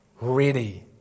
Ready